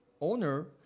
owner